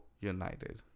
United